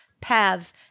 paths